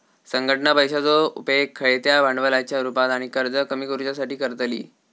संघटना पैशाचो उपेग खेळत्या भांडवलाच्या रुपात आणि कर्ज कमी करुच्यासाठी करतली